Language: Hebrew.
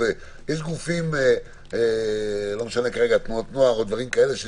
אם משרד הרווחה חושב שכך זה צריך להיות, זה